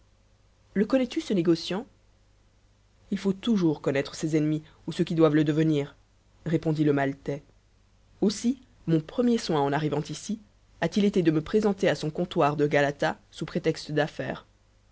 le connais-tu ce négociant il faut toujours connaître ses ennemis ou ceux qui doivent le devenir répondit le maltais aussi mon premier soin en arrivant ici a-t-il été de me présenter à son comptoir de galata sous prétexte d'affaires